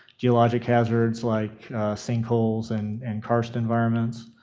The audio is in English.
geologic hazards like sinkholes and and karst environments,